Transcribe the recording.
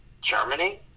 Germany